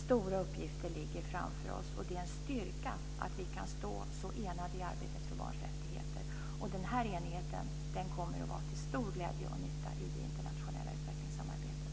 Stora uppgifter ligger framför oss, och det är en styrka att vi kan stå så enade i arbetet för barns rättigheter. Den enigheten kommer att vara till stor glädje och nytta i det internationella utvecklingssamarbetet.